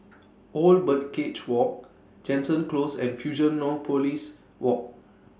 Old Birdcage Walk Jansen Close and Fusionopolis Walk